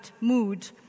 mood